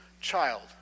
child